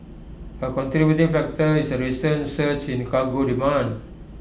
A contributing factor is A recent surge in cargo demand